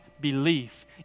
belief